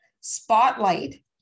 spotlight